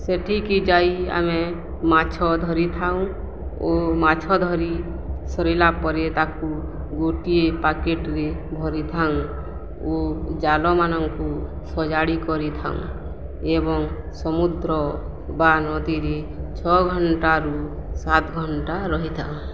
ସେଠିକି ଯାଇ ଆମେ ମାଛ ଧରିଥାଉଁ ଓ ମାଛ ଧରି ସରିଲା ପରେ ତାକୁ ଗୋଟିଏ ପ୍ୟାକେଟରେ ଭରିଥାଉଁ ଓ ଜାଲମାନଙ୍କୁ ସଜାଡ଼ି କରିଥାଉଁ ଏବଂ ସମୁଦ୍ର ବା ନଦୀରେ ଛଅ ଘଣ୍ଟାରୁ ସାତ ଘଣ୍ଟା ରହିଥାଉଁ